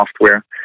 software